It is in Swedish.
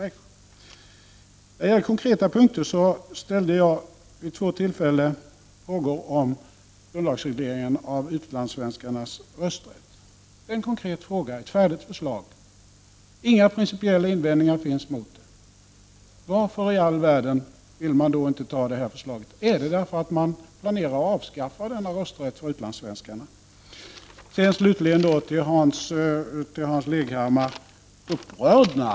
När det gäller konkreta punkter ställde jag vid två tillfällen frågor om grundlagsreglering av utlandssvenskarnas rösträtt. Det är en konkret fråga, ett färdigt förslag. Inga principiella invändningar finns mot det. Varför i all världen vill man då inte bifalla det förslaget? Är det därför att man planerar att avskaffa rösträtten för utlandssvenskar? Slutligen till Hans Leghammar: Upprörd?